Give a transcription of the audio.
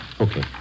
Okay